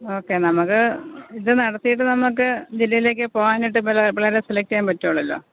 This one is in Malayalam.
ഓക്കെ നമുക്ക് ഇത് നടത്തിയിട്ട് നമുക്ക് ജില്ലയിലേക്ക് പോകാനായിട്ട് പിള്ളേരെ സെലക്ട് ചെയ്യാൻ പറ്റുള്ളല്ലോ